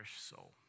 soul